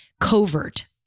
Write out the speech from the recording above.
covert